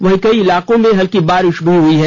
वहीं कई इलाकों में हल्की बारिश भी हुई है